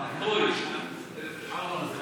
שלוש דקות לרשותך.